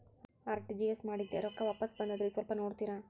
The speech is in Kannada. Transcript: ಆರ್.ಟಿ.ಜಿ.ಎಸ್ ಮಾಡಿದ್ದೆ ರೊಕ್ಕ ವಾಪಸ್ ಬಂದದ್ರಿ ಸ್ವಲ್ಪ ನೋಡ್ತೇರ?